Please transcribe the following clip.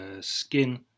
skin